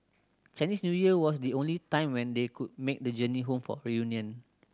Chinese New Year was the only time when they could make the journey home for a reunion